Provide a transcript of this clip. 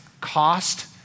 cost